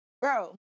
bro